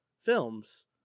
films